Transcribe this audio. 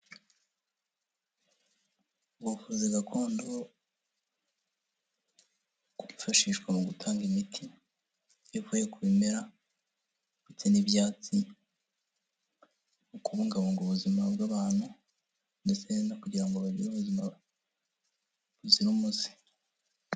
Ubuvuzi gakondo bwifashishwa mu gutanga imiti ivuye ku bimera ndetse n'ibyatsi mu kubungabunga ubuzima bw'abantu ndetse no kugira ngo bagire ubuzima buzira umuze.